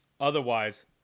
Otherwise